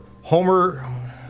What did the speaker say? homer